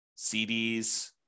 CDs